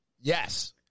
yes